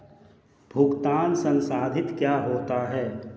भुगतान संसाधित क्या होता है?